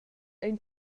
ein